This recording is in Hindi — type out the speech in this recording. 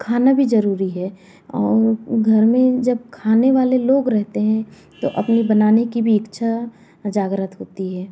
खाना भी ज़रूरी है और घर में जब खाने वाले लोग रहते हैं तो अपनी बनाने की भी इच्छा जागृत होती है